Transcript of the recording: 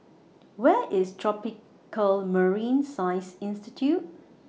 Where IS Tropical Marine Science Institute